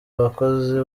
abakozi